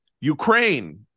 Ukraine